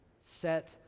set